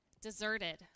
deserted